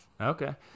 Okay